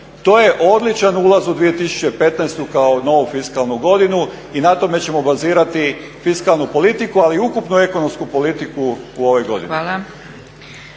To je odličan ulaz u 2015. kao novu fiskalnu godinu i na tome ćemo bazirati fiskalnu politiku, ali i ukupnu ekonomsku politiku u ovoj godini.